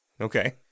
Okay